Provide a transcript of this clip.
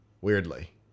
weirdly